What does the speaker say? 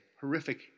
horrific